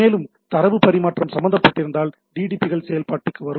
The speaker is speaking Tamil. மேலும் தரவு பரிமாற்றம் சம்பந்தப்பட்டிருந்தால் DTP கள் செயல்பாட்டுக்கு வரும்